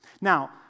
Now